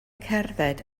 cerdded